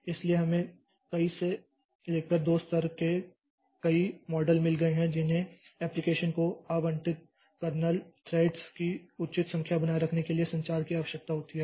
इसलिए हमें कई से लेकर दो स्तर के कई मॉडल मिल गए हैं जिन्हें एप्लिकेशन को आवंटित कर्नेल थ्रेड्स की उचित संख्या बनाए रखने के लिए संचार की आवश्यकता होती है